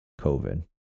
COVID